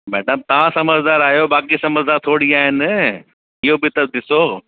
madam तव्हां समुझदार आयो बाक़ी समुझदार थोरी आहिनि इहो बि त ॾिसो